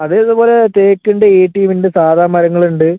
അത് ഇതുപോലെ തേക്ക് ഉണ്ട് ഈട്ടി ഉണ്ട് സാധാ മരങ്ങൾ ഉണ്ട്